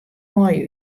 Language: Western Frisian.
mei